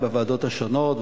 בוועדות השונות,